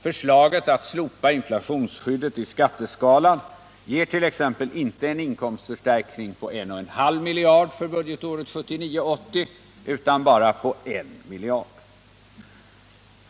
Förslaget att slopa inflationsskyddet i skatteskalan ger t.ex. inte en inkomstförstärkning på 1,5 miljarder utan endast på I miljard.